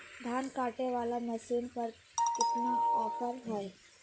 धान कटे बाला मसीन पर कितना ऑफर हाय?